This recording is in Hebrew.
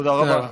תודה רבה.